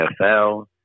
NFL